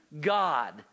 God